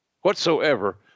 whatsoever